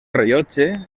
rellotge